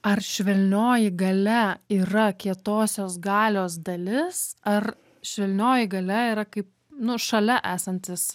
ar švelnioji galia yra kietosios galios dalis ar švelnioji galia yra kaip nu šalia esantis